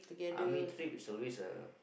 army trip is always a